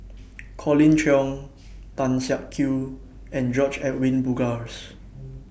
Colin Cheong Tan Siak Kew and George Edwin Bogaars